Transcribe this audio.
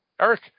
Eric